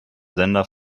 sender